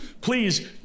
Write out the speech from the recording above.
please